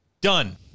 done